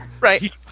Right